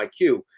iq